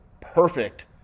perfect